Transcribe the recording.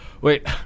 Wait